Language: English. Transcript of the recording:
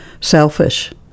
selfish